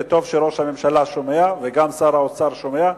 וטוב שראש הממשלה שומע וגם שר האוצר שומע,